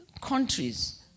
countries